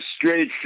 straight